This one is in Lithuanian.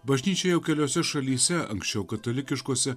bažnyčia jau keliose šalyse anksčiau katalikiškose